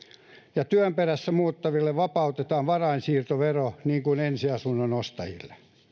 ja työn perässä muuttavat vapautetaan varainsiirtoverosta niin kuin ensiasunnon ostajat